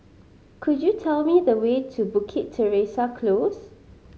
could you tell me the way to Bukit Teresa Close